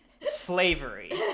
slavery